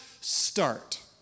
start